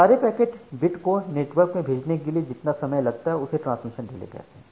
सारे packet bit को network में भेजने के लिए जितना समय लगता है उसे ट्रांसमिशन डिले कहते हैं